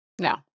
No